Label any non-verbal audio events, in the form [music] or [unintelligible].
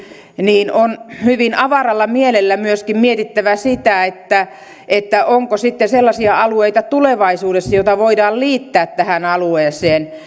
niin on hyvin avaralla mielellä myöskin mietittävä sitä onko sitten tulevaisuudessa sellaisia alueita joita voidaan liittää tähän alueeseen [unintelligible]